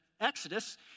Exodus